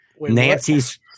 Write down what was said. Nancy's